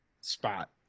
spot